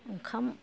ओंखाम